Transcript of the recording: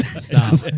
Stop